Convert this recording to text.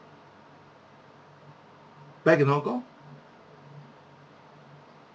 back in hongkong